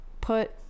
put